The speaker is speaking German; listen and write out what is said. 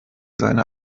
seine